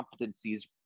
competencies